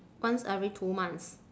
once every two months